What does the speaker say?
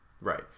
Right